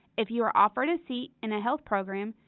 if you are offered a seat in a health program,